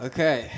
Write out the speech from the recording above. Okay